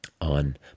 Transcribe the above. on